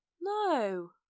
No